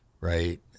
right